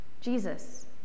Jesus